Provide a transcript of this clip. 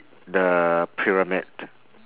the pyramid